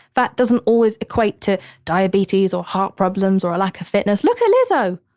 that doesn't always equate to diabetes or heart problems or a lack of fitness. look at lizzo.